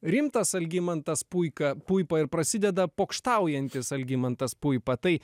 rimtas algimantas puika puipa ir prasideda pokštaujantis algimantas puipa tai